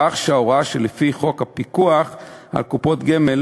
כך שההוראה שלפי חוק הפיקוח על קופות גמל